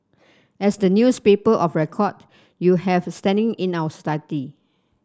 as the newspaper of record you have standing in our study